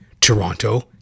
Toronto